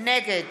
נגד